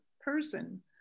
person